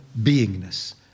beingness